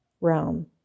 realm